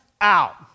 out